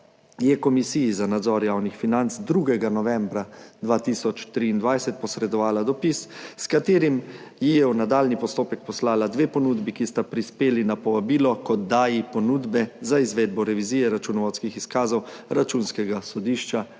je Komisiji za nadzor javnih financ 2. novembra 2023 posredovala dopis, s katerim ji je v nadaljnji postopek poslala dve ponudbi, ki sta prispeli na povabilo k oddaji ponudbe za izvedbo revizije računovodskih izkazov Računskega sodišča